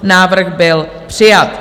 Návrh byl přijat.